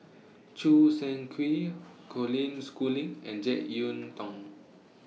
Choo Seng Quee Colin Schooling and Jek Yeun Thong